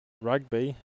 rugby